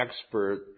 expert